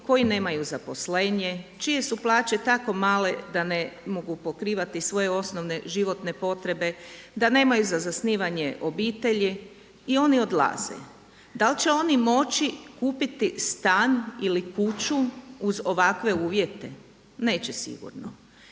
koji nemaju zaposlenje, čije su plaće tako male da ne mogu pokrivati svoje osnovne životne potrebe, da nemaju za zasnivanje obitelji i oni odlaze. Da li će oni moći kupiti stan ili kuću uz ovakve uvjete? Neće sigurno.